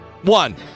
One